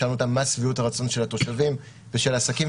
שאלנו אותן מה שביעות הרצון של התושבים ושל העסקים,